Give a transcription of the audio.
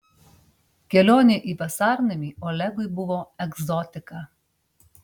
kelionė į vasarnamį olegui buvo egzotika